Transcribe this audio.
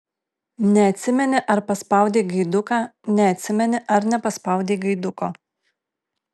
neatsimeni ar paspaudei gaiduką neatsimeni ar nepaspaudei gaiduko